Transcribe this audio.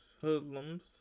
hoodlums